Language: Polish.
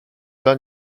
dla